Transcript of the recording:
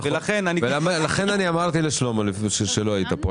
לכן אמרתי לשלמה קרעי כשלא היית כאן,